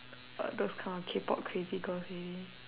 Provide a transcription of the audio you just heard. uh those kind of K-pop crazy girls already